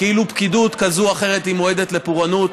כאילו פקידות כזו או אחרת היא מועדת לפורענות.